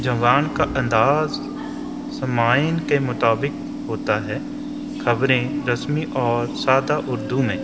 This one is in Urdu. زبان کا انداز سامعین کے مطابق ہوتا ہے خبریں رسمی اور سادہ اردو میں